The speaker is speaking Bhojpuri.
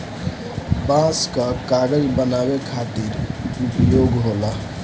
बांस कअ कागज बनावे खातिर उपयोग होला